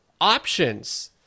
options